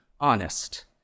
honest